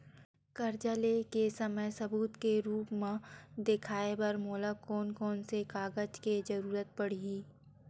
कर्जा ले के समय सबूत के रूप मा देखाय बर मोला कोन कोन से कागज के जरुरत पड़ही?